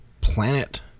planet